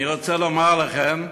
אני רוצה לומר לכם,